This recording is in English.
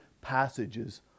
passages